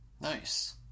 Nice